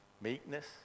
meekness